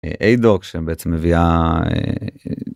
איי דוק שהם בעצם מביאה.